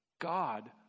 God